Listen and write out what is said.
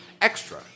extra